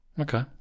Okay